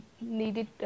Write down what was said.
needed